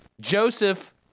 joseph